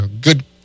good